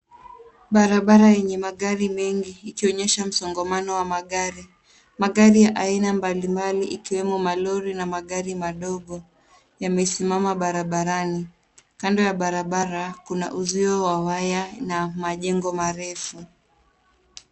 Barabara yenye magari mengi ikionyesha msongamano wa magari. Magari ya aina mbali mbali ikiwemo malori na magari madogo yamesimama barabarani. Kando ya barabara kuna uzio wa waya na majengo marefu.